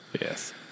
Yes